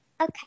okay